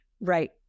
Right